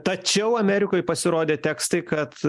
tačiau amerikoj pasirodė tekstai kad